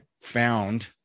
found